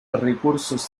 recursos